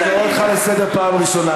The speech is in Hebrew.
אני קורא אותך לסדר פעם ראשונה.